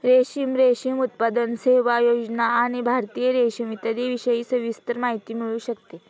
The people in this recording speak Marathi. रेशीम, रेशीम उत्पादन, सेवा, योजना आणि भारतीय रेशीम इत्यादींविषयी सविस्तर माहिती मिळू शकते